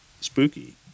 spooky